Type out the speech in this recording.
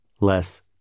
less